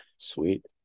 sweet